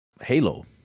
halo